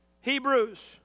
Hebrews